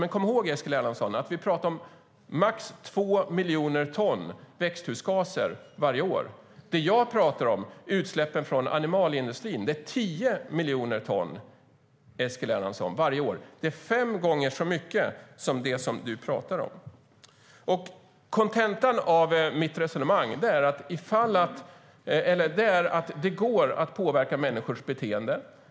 Kom dock ihåg, Eskil Erlandsson, att vi talar om max två miljoner ton växthusgaser varje år. Utsläppen från animalieindustrin, som jag talar om, är på tio miljoner ton varje år. Det är fem gånger så mycket som det som du talar om. Kontentan av mitt resonemang är att det går att påverka människors beteende.